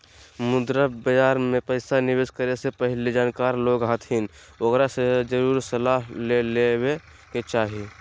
मुद्रा बाजार मे पैसा निवेश करे से पहले जानकार लोग हथिन ओकरा से जरुर सलाह ले लेवे के चाही